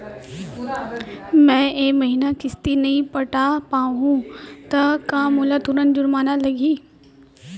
मैं ए महीना किस्ती नई पटा पाहू त का मोला तुरंत जुर्माना लागही?